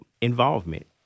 involvement